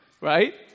right